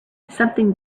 something